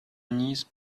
niece